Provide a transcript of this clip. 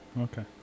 Okay